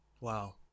Wow